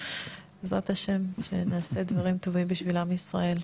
בעזרת ה' שנעשה דברים טובים בשביל עם ישראל.